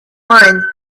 mind